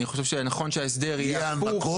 אני חושב שנכון שההסדר יהיה הפוך --- יהיו הנמקות,